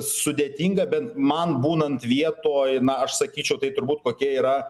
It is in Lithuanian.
sudėtinga bent man būnant vietoj na aš sakyčiau tai turbūt kokia yra